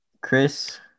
Chris